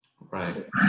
Right